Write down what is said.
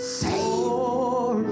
save